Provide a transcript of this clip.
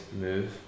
move